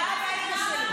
גאה בעיר שלי.